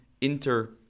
inter-